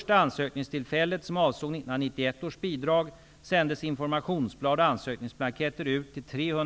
tillsänts ansökningsblanketter.